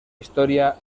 historia